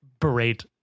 berate